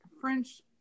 French